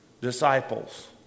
disciples